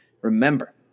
remember